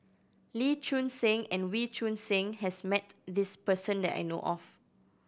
Lee Choon Seng and Wee Choon Seng has met this person that I know of